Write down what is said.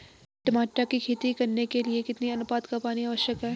टमाटर की खेती करने के लिए कितने अनुपात का पानी आवश्यक है?